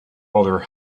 other